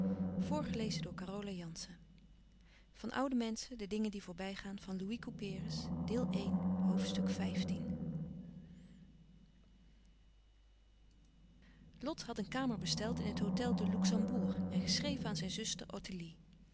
van oude menschen de dingen die voorbij gaan zij naderden marseille om twee uur in den middag zouden zij te nice zijn lot had een kamer besteld in het hôtel de luxembourg en geschreven aan zijn zuster ottilie